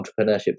entrepreneurship